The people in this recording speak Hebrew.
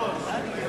בעניין